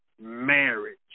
marriage